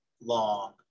long